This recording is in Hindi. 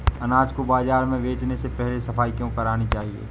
अनाज को बाजार में बेचने से पहले सफाई क्यो करानी चाहिए?